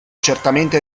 certamente